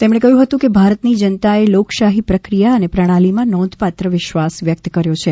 તેમણે કહ્યું હતું કે ભારતની જનતાએ લોકશાહી પ્રક્રિયા અને પ્રણાલીમાં નોંધપાત્ર વિશ્વાસ વ્યક્ત કર્યો છે